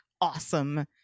awesome